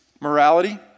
morality